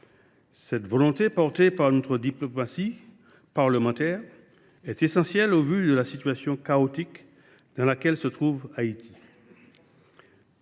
Cette volonté, portée par notre diplomatie parlementaire, apparaît essentielle au regard de la situation chaotique dans laquelle Haïti